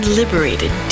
liberated